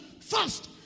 first